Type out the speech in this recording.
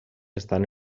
estan